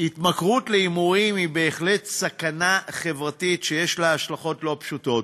ההתמכרות להימורים היא בהחלט סכנה חברתית שיש לה השלכות לא פשוטות.